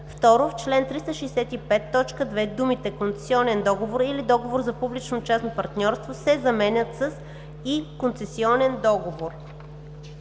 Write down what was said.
2. В чл. 365, т. 2 думите „концесионен договор или договор за публично-частно партньорство“ се заменят с „и концесионен договор“.“